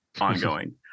ongoing